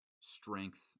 strength